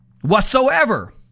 whatsoever